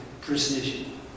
precision